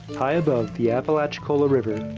high above the apalachicola river,